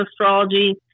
astrology